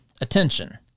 attention